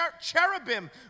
cherubim